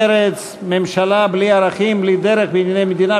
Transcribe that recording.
מרצ: ממשלה בלי ערכים ובלי דרך בענייני מדינה,